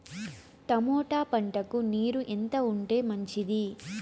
Tomato పంటకు నీరు ఎంత ఉంటే మంచిది?